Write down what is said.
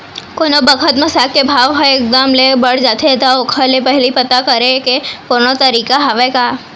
कोनो बखत म साग के भाव ह एक दम ले बढ़ जाथे त ओखर ले पहिली पता करे के कोनो तरीका हवय का?